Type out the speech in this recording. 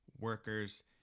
workers